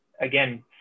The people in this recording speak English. again